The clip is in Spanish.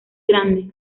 grande